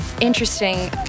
interesting